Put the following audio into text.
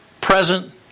present